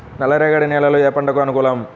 నల్ల రేగడి నేలలు ఏ పంటకు అనుకూలం?